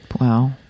Wow